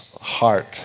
heart